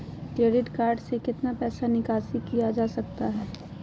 Credit card से कितना पैसा निकासी किया जा सकता है?